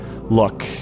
look